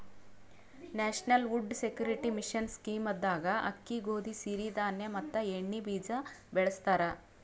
national food security mission scheme ದಾಗ ಅಕ್ಕಿ, ಗೋದಿ, ಸಿರಿ ಧಾಣಿ ಮತ್ ಎಣ್ಣಿ ಬೀಜ ಬೆಳಸ್ತರ